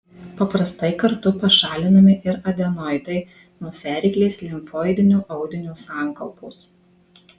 paprastai kartu pašalinami ir adenoidai nosiaryklės limfoidinio audinio sankaupos